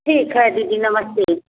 ठीक है दीदी नमस्ते